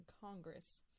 Congress